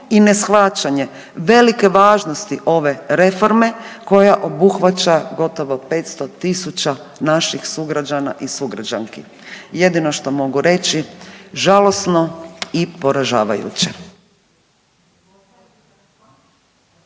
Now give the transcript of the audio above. i neshvaćanje velike važnosti ove reforme koja obuhvaća gotovo 500.000 naših sugrađana i sugrađanki. Jedino što mogu reći, žalosno i poražavajuće.